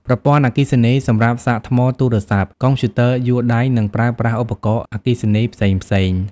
ប្រព័ន្ធអគ្គិសនី សម្រាប់សាកថ្មទូរស័ព្ទ កុំព្យូទ័រយួរដៃ និងប្រើប្រាស់ឧបករណ៍អគ្គិសនីផ្សេងៗ។